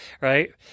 right